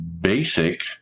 basic